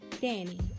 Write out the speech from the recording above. Danny